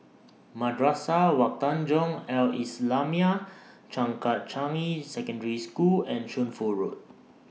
Madrasah Wak Tanjong Al Islamiah Changkat Changi Secondary School and Shunfu Road